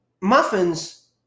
muffins